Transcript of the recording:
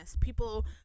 People